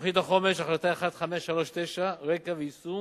תוכנית החומש, החלטה 1539, רקע ויישום: